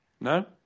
No